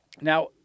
Now